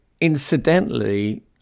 incidentally